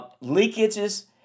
leakages